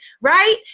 right